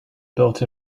built